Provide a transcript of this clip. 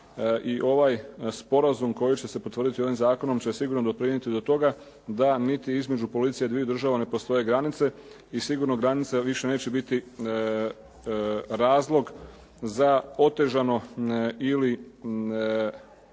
i ovaj sporazum koji će se potvrditi ovim zakonom će sigurno doprinijeti do toga da niti između policije dviju država ne postoje granice i sigurno granice više neće biti razlog za otežano ili